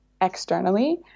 externally